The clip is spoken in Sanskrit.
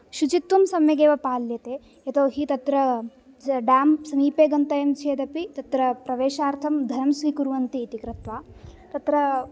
शुचित्वं सम्यगेव पाल्यते यतो हि तत्र डाम् समीपे गन्तव्यं चेदपि तत्र प्रवेशार्थं धनं स्वीकुर्वन्ति इति कृत्वा तत्र